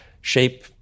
shape